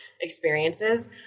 experiences